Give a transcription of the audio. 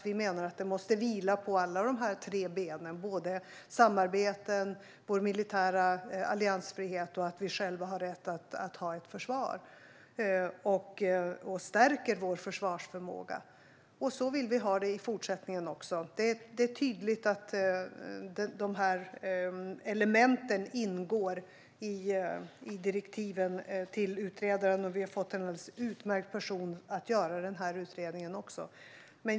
Vi menar att den måste vila på alla tre benen: samarbeten, militär alliansfrihet och vår rätt att ha ett försvar. Vi stärker vår försvarsförmåga. Så vill vi ha det i fortsättningen också. Det är tydligt att dessa element ingår i direktiven till utredaren. Det är en alldeles utmärkt person som gör utredningen.